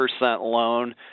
loan